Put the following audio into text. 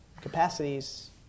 capacities